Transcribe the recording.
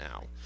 now